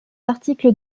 articles